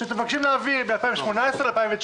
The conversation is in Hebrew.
שאתם מבקשים להעביר מ-2018 ל-2019.